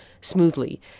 smoothly